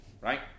Right